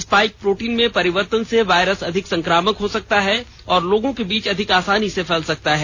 spike protein में परिवर्तन से वायरस अधिक संक्रामक हो सकता है और लोगों के बीच अधिक आसानी से फैल सकता है